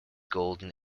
golden